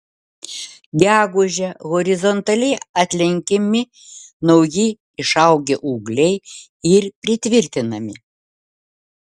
gegužę horizontaliai atlenkiami nauji išaugę ūgliai ir pritvirtinami